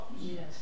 Yes